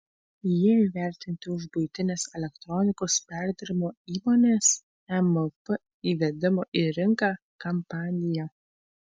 jie įvertinti už buitinės elektronikos perdirbimo įmonės emp įvedimo į rinką kampaniją